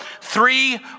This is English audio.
three